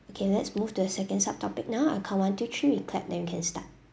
okay let's move to the second sub topic now I count one two three we clap then we can start